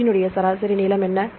protein உடைய சராசரி நீளம் என்ன